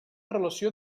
relació